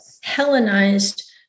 Hellenized